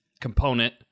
component